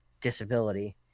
disability